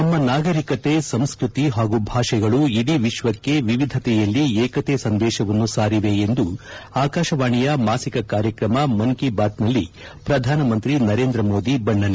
ನಮ್ಮ ನಾಗರಿಕತೆ ಸಂಸ್ಕೃತಿ ಹಾಗೂ ಭಾಷೆಗಳು ಇದೀ ವಿಶ್ವಕ್ಕೆ ವಿವಿಧತೆಯಲ್ಲಿ ಏಕತೆ ಸಂದೇಶವನ್ನು ಸಾರಿವೆ ಎಂದು ಆಕಾಶವಾಣಿಯ ಮಾಸಿಕ ಕಾರ್ಯಕ್ರಮ ಮನ್ ಕಿ ಬಾತ್ನಲ್ಲಿ ಪ್ರಧಾನಮಂತ್ರಿ ನರೇಂದ್ರ ಮೋದಿ ಬಣ್ಣನೆ